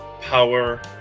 power